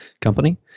company